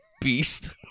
beast